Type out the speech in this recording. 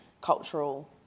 cultural